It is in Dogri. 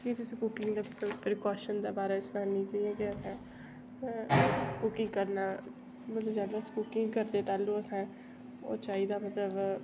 तुसेंगी कुकिंग दे प्रीकाश्न दे बारै च सनानी आं जियां कि असें कुकिंग करना मतलब जेल्लै अस कुकिंग करदे मतलब तैल्लू असें ओह् चाहिदा मतलब